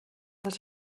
les